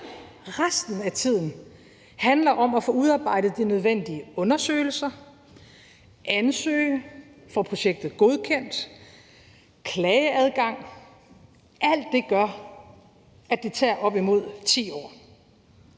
Resten af tiden handler om at få udarbejdet de nødvendige undersøgelser, ansøge, få projektet godkendt, klageadgang osv. Alt det gør, at det tager op imod 10 år.